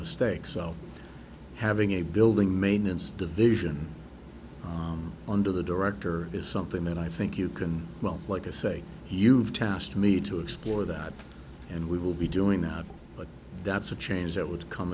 mistake so having a building maintenance division under the director is something that i think you can well like to say you've task me to explore that and we will be doing that but that's a change that would come